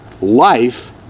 life